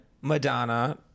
Madonna